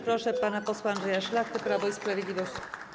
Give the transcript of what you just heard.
Proszę pana posła Andrzeja Szlachtę, Prawo i Sprawiedliwość.